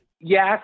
Yes